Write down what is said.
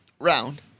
round